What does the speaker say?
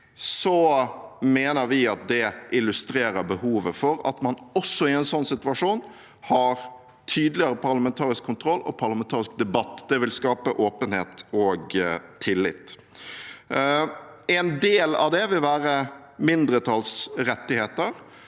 mener vi det illustrerer behovet for at man også i en sånn situasjon har tydeligere parlamentarisk kontroll og parlamentarisk debatt. Det vil skape åpenhet og tillit. En del av det vil være mindretallsrettigheter,